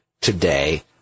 today